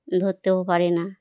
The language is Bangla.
ধরতেও পারে না